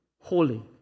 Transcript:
holy